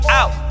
out